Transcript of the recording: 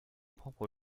propre